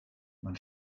man